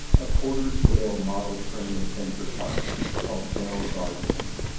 a quarter-scale model train adventure park called bell gardens.